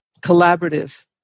collaborative